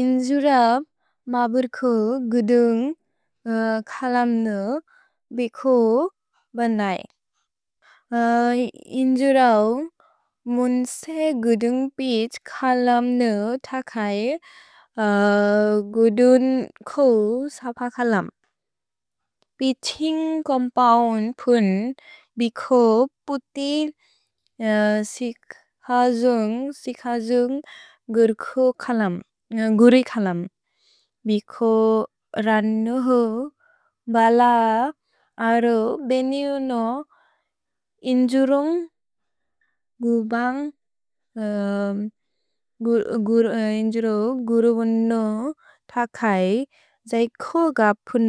इन्जुरव् मबुर्कु गुदुन्ग् कलम्नु बिकु बनै। इन्जुरव् मुन्से गुदुन्ग् पिज् कलम्नु तकै गुदुन्कु सपकलम्। पिछिन्ग् कोम्पौन् पुन् बिकु पुति सिखजुन्ग् गुरिकलम्। भिकु रन्नुहो बल अरो बेनेउनो इन्जुरुन्ग् गुरुबन्नु तकै जैको गपुन।